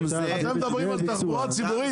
אתם מדברים על תחבורה ציבורית,